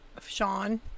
Sean